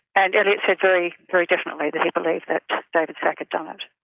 and elliott said very very definitely that he believed that david szach had done it.